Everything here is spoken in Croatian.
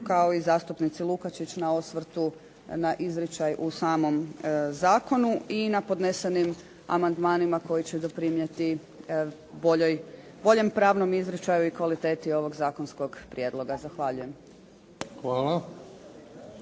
kao i zastupnici Lukačić na osvrtu na izričaj u samom zakonu i na podnesenim amandmanima koji će doprinijeti boljem pravnom izričaju i kvaliteti ovog zakonskog prijedloga. Zahvaljujem.